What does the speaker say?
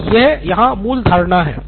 तो यह यहाँ मूल धारणा है